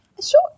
sure